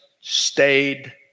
stayed